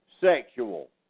sexual